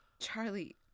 Charlie